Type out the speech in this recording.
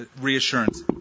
reassurance